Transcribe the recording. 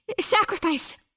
Sacrifice